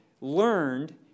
learned